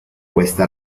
questa